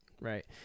right